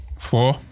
Four